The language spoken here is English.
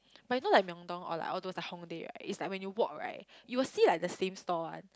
but you know like MyeongDong or like all those like HongDae right it's like when you walk right you will see like the same store one